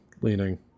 leaning